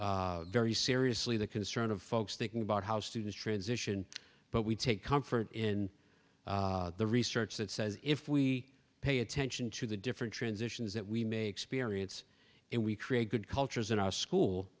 take very seriously the concern of folks thinking about how students transition but we take comfort in the research that says if we pay attention to the different transitions that we may experience and we create good cultures in our school